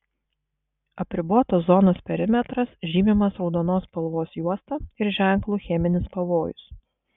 apribotosios zonos perimetras žymimas raudonos spalvos juosta ir ženklu cheminis pavojus